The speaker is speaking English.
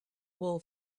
wool